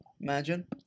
Imagine